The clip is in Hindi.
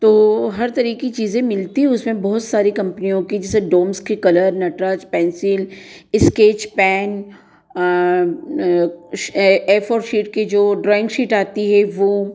तो हर तरह की चीज़ें मिलती उसमें बहुत सारी कंपनियों की जैसे डोम्स के colour Natraj pencil sketch pen A A four sheet की जो ड्रॉइंग शीट आती है वो